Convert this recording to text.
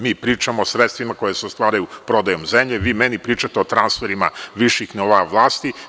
Mi pričamo o sredstvima koja se ostvaruju prodajom zemlje, vi meni pričate o transferima viših nivoa vlasti.